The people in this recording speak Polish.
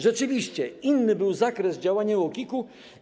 Rzeczywiście inny był zakres działania UOKiK-u.